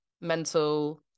mental